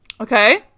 okay